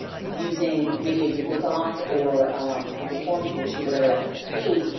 and using, maybe a google doc or google form, google sheet whatever that happens to be.